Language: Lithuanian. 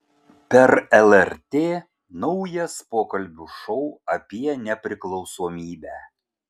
per lrt naujas pokalbių šou apie nepriklausomybę